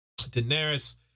Daenerys